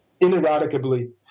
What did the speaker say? ineradicably